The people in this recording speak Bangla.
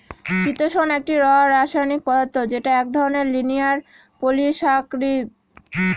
চিতোষণ একটি অরাষায়নিক পদার্থ যেটা এক ধরনের লিনিয়ার পলিসাকরীদ